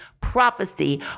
prophecy